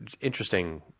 interesting